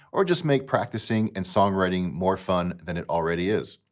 or just make practicing and songwriting more fun than it already is.